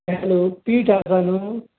hello Pete आसा नू